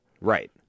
Right